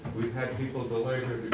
we've had people delay